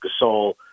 Gasol